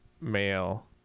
male